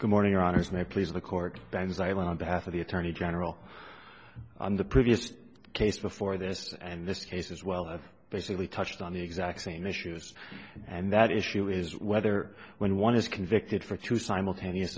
good morning your honour's may please the cork banzai line on behalf of the attorney general on the previous case before this and this case as well as basically touched on the exact same issues and that issue is whether when one is convicted for two simultaneous